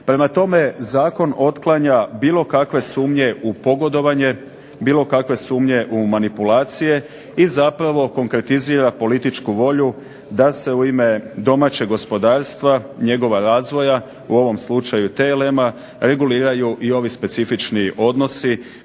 Prema tome, Zakon otklanja bilo kakve sumnje u pogodovanje, bilo kakve sumnje u manipulacije i zapravo konkretizira političku volju da se u ime domaćeg gospodarstva, njegova razvoja, u ovom slučaju TLM-a reguliraju ovakvi specifični odnosi